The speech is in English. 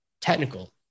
technical